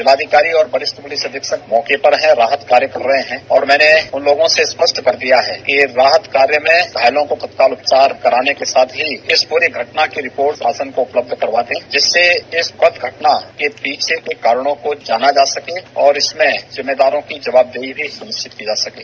जिलाधिकरी और वरिष्ठ पुलिस अधीक्षक मौके पर हैं और राहत कार्य कर रहे हैं और मैंने इन लोगों से स्पष्ट कर दिया है कि राहत कार्य में घायलों को तत्काल उपचार कराने के साथ ही इस पूरी घटना की रिपोर्ट शासन को उपलब्ध करवा दें जिससे इस दुखद घटना के पीछे के कारकों को जाना जा सके और इसमें जिम्मेदारों की जवाबदेही भी सुनिश्चित की जा सकेगी